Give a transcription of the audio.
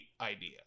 idea